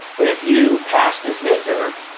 but if you pass this mid-term,